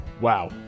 Wow